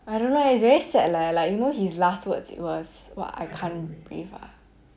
I don't know eh it's very sad leh like you know his last words it was what I can't breathe ah